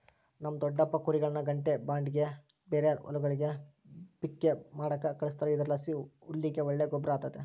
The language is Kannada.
ನಮ್ ದೊಡಪ್ಪ ಕುರಿಗುಳ್ನ ಗಂಟೆ ಬಾಡಿಗ್ಗೆ ಬೇರೇರ್ ಹೊಲಗುಳ್ಗೆ ಪಿಕ್ಕೆ ಮಾಡಾಕ ಕಳಿಸ್ತಾರ ಇದರ್ಲಾಸಿ ಹುಲ್ಲಿಗೆ ಒಳ್ಳೆ ಗೊಬ್ರ ಆತತೆ